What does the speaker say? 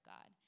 God